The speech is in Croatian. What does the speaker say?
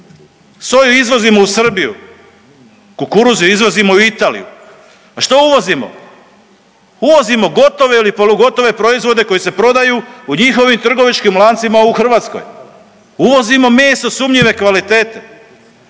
Soju izvozimo u Srbiju, kukuruze izvozimo u Italiju. A što uvozimo? Uvozimo gotove ili polugotove proizvode koji se prodaju u njihovim trgovačkim lancima u Hrvatskoj. Uvozimo meso sumnjive kvalitete.